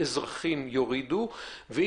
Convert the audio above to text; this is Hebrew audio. אזרחים יורידו את האפליקציה.